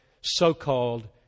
so-called